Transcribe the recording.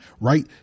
right